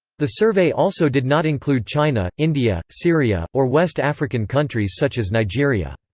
the survey also did not include china, india, syria, or west african countries such as nigeria.